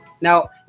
Now